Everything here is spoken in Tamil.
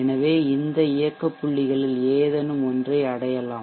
எனவே இந்த இயக்க புள்ளிகளில் ஏதேனும் ஒன்றை அடையலாம்